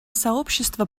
сообщество